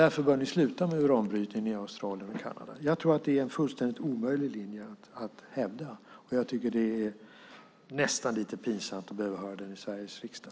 Därför bör ni sluta med uranbrytning i Australien och Kanada. Jag tror att det är en fullständigt omöjlig linje att hävda, och jag tycker att det är nästan lite pinsamt att behöva höra den i Sveriges riksdag.